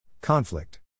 Conflict